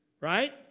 Right